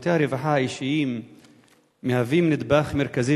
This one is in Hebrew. שירותי הרווחה האישיים מהווים נדבך מרכזי